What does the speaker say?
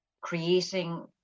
creating